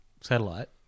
satellite